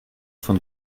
von